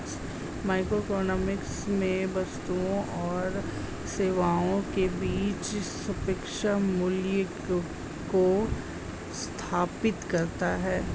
microeconomics में वस्तुओं और सेवाओं के बीच सापेक्ष मूल्यों को स्थापित करता है